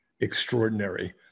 extraordinary